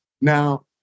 Now